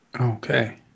Okay